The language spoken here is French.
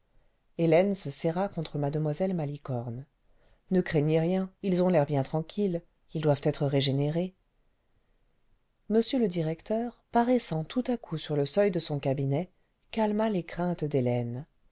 hélène se serra contre mue malicorne ce ne craignez rien ils ont l'air bien tranquilles ils doivent être régénérés m le directeur paraissant tout à coup sur le seuil de son cabinet calma les craintes d'hélène